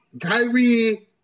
Kyrie